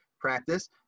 practice